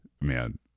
man